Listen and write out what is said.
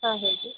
ಹಾಂ ಹೇಳಿ ರೀ